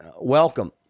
Welcome